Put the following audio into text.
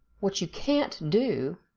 what you can't do